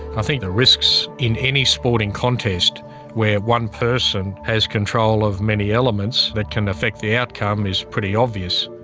i think the risks in any sporting contest where one person has control of many elements that can affect the outcome is pretty obvious.